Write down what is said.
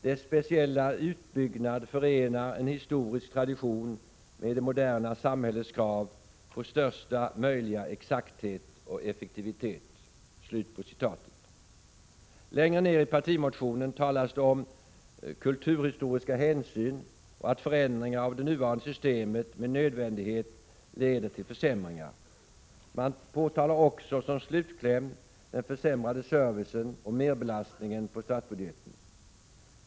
Dess speciella uppbyggnad förenar en historisk tradition med det moderna samhällets krav på största möjliga exakthet och effektivitet.” Längre ner i partimotionen talas det om kulturhistoriska hänsyn och om att förändringar av det nuvarande systemet med nödvändighet leder till försämringar. Man påtalar som slutkläm också den försämrade servicen och merbelastningen på statsbudgeten.